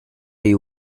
you